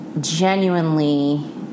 genuinely